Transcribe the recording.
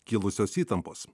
kilusios įtampos